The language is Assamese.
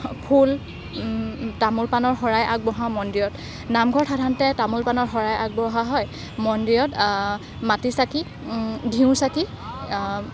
ফুল তামোল পাণৰ শৰাই আগবঢ়াওঁ মন্দিৰত নামঘৰত সাধাৰণতে তামোল পামৰ শৰাই আগবঢ়োৱা হয় মন্দিৰত মাটি চাকি ঘিউ চাকি